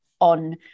on